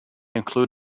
include